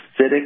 acidic